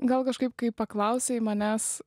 gal kažkaip kai paklausei manęs